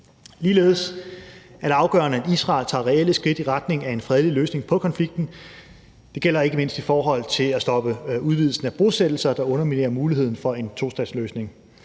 Ligeledes er det afgørende, at Israel tager reelle skridt i retning af en fredelig løsning på konflikten, og det gælder ikke mindst i forhold til at stoppe udvidelsen af bosættelser, der underminerer muligheden for en tostatsløsning.